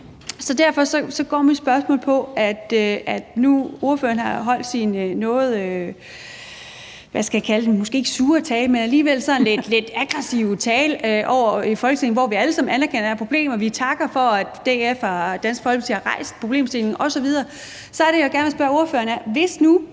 den her udfordring. Nu har ordføreren holdt sin noget – hvad skal jeg kalde den – måske ikke sure tale, men alligevel sådan lidt aggressive tale i Folketinget, hvor vi alle sammen anerkender, at der er problemer, og vi takker for, at Dansk Folkeparti har rejst problemstillingen osv., så er det, jeg gerne vil spørge ordføreren: Hvis nu